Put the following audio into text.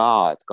God